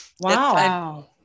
Wow